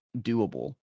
doable